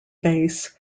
base